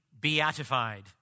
beatified